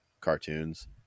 cartoons